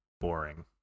boring